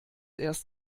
erst